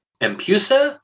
Empusa